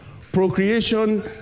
Procreation